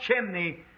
chimney